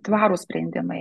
tvarūs sprendimai